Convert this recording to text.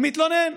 הוא מתלונן.